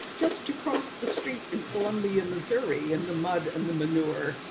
just to cross the street in columbia, missouri in the mud and the manure.